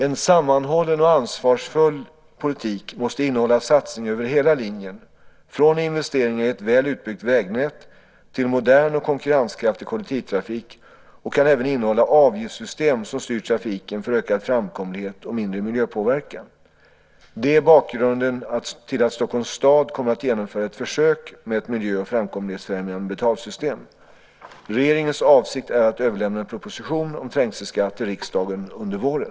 En sammanhållen och ansvarsfull politik måste innehålla satsningar över hela linjen, från investeringar i ett väl utbyggt vägnät till modern och konkurrenskraftig kollektivtrafik, och den kan även innehålla avgiftssystem som styr trafiken för ökad framkomlighet och mindre miljöpåverkan. Det är bakgrunden till att Stockholms stad kommer att genomföra ett försök med ett miljö och framkomlighetsfrämjande betalsystem. Regeringens avsikt är att överlämna en proposition om trängselskatt till riksdagen under våren.